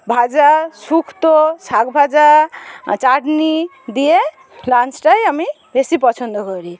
ভাজা শুক্ত শাক ভাজা চাটনি দিয়ে লাঞ্চটাই আমি বেশি পছন্দ করি